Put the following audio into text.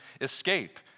escape